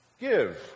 give